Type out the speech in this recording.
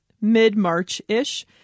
mid-March-ish